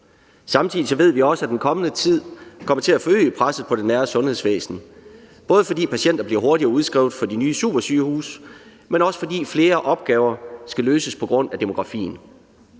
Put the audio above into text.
Samtidig ved vi også, at presset i den kommende tid vil blive forøget på det nære sundhedsvæsen, både fordi patienter bliver hurtigere udskrevet fra de nye supersygehuse, men også fordi flere opgaver skal løses på grund af demografien.